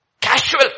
Casual